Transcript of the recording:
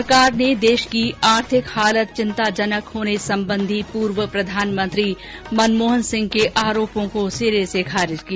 सरकार ने देश की आर्थिक हालत चिंताजनक होने संबंधी पूर्व प्रधानमंत्री मनमोहन सिंह के आरोपों को सिरे से खारिज किया